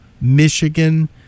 Michigan